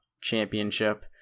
championship